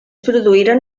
produïren